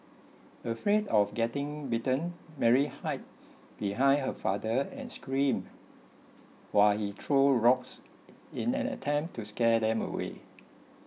afraid of getting bitten Mary hid behind her father and screamed while he threw rocks in an attempt to scare them away